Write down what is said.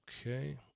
Okay